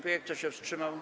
Kto się wstrzymał?